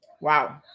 Wow